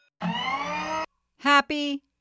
Happy